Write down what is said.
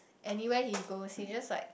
anywhere he goes he just like